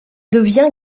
devient